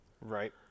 Right